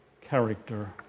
character